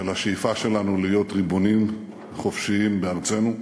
של השאיפה שלנו להיות ריבונים חופשיים בארצנו,